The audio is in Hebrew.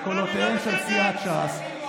בקולותיה של סיעת ש"ס,